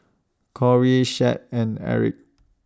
Cory Shad and Erik